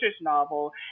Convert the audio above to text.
novel